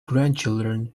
grandchildren